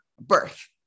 birth